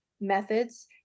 methods